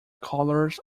colours